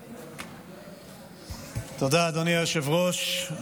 תודה, אדוני היושב-ראש.